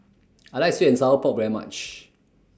I like Sweet and Sour Pork very much